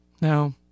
No